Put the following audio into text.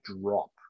drop